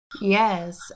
Yes